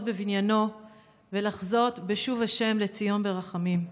בבניינו ולחזות בשוב השם לציון ברחמים.